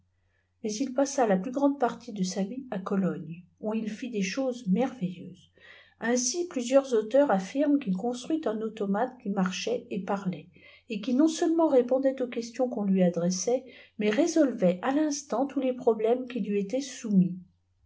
mais il passa la plus grande partie de sa vie à cologne où il fît des choses merveilleuses ainsi plusieurs auteurs affirmentu'il construisit un automate qui marchait et parlait et qui non-seulement répondait smx questions qu'on lui adressait mais résolvait à l'instant tous les problèmes qui lui étaient soumt